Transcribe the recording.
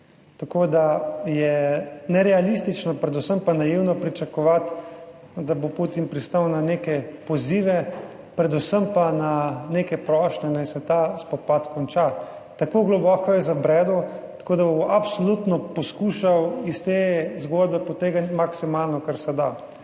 Tako da je nerealistično, predvsem pa naivno pričakovati, da bo Putin pristal na neke pozive, predvsem pa na neke prošnje, naj se ta spopad konča. Tako globoko je zabredel, tako da bo absolutno poskušal iz te zgodbe potegniti maksimalno, kar se da.